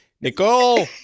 Nicole